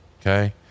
Okay